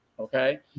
Okay